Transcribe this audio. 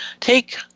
take